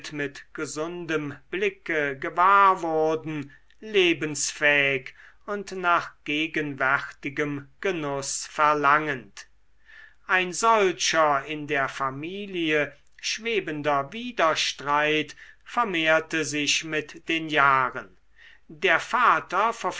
mit gesundem blicke gewahr wurden lebensfähig und nach gegenwärtigem genuß verlangend ein solcher in der familie schwebender widerstreit vermehrte sich mit den jahren der vater